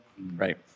Right